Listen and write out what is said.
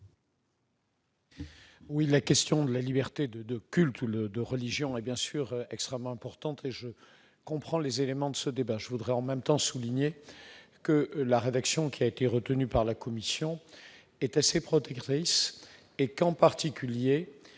la question de la liberté de de culture le de religion et bien sûr extrêmement importante et je comprends les éléments de ce débat, je voudrais en même temps souligné que la rédaction qui a été retenu par la commission est assez protectrice et qu'en particulier